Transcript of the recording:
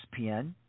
ESPN